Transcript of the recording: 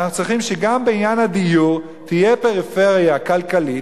אנחנו צריכים שגם בעניין הדיור תהיה פריפריה כלכלית.